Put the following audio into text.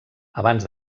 abans